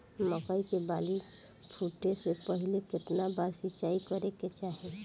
मकई के बाली फूटे से पहिले केतना बार सिंचाई करे के चाही?